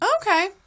okay